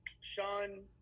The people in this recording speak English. Sean